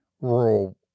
rural